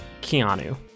Keanu